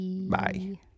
Bye